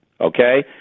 okay